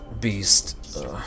Beast